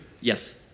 Yes